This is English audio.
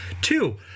Two